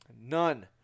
None